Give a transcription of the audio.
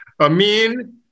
Amin